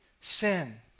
sin